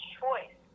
choice